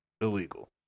illegal